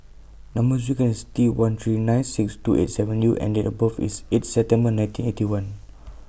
Number sequence IS T one three nine six two eight seven U and Date of birth IS eight September nineteen Eighty One